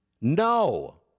No